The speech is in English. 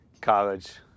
College